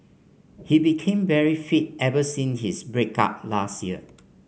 he became very fit ever sin his break up last year